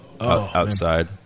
outside